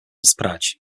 sprać